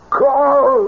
call